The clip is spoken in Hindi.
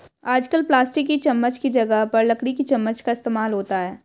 आजकल प्लास्टिक की चमच्च की जगह पर लकड़ी की चमच्च का इस्तेमाल होता है